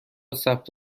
ثبت